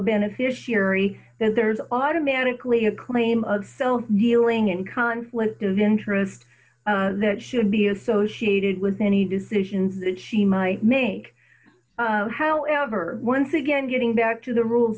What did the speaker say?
beneficiary that there's automatically a claim of self dealing in conflict of interest that should be associated with any decisions that she might make however once again getting back to the rules